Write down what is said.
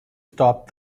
stop